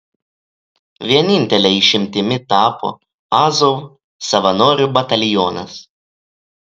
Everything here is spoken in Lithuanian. vienintele išimtimi tapo azov savanorių batalionas